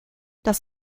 das